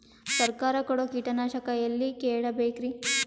ಸರಕಾರ ಕೊಡೋ ಕೀಟನಾಶಕ ಎಳ್ಳಿ ಕೇಳ ಬೇಕರಿ?